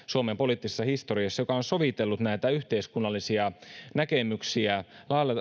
suomen poliittisessa historiassa joka on sovitellut näitä yhteiskunnallisia näkemyksiä yhteen